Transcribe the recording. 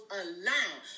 alone